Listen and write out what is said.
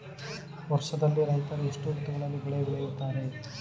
ವರ್ಷದಲ್ಲಿ ರೈತರು ಎಷ್ಟು ಋತುಗಳಲ್ಲಿ ಬೆಳೆ ಬೆಳೆಯುತ್ತಾರೆ?